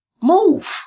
Move